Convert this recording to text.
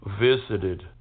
visited